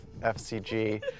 FCG